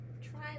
try